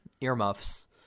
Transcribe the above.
earmuffs